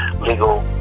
Legal